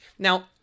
Now